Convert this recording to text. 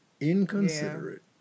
inconsiderate